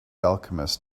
alchemist